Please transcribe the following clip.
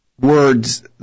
word's